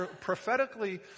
prophetically